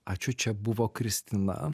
ačiū čia buvo kristina